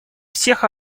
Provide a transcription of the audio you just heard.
всех